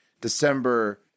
December